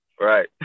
right